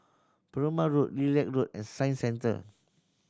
Perumal Road Lilac Road and Science Centre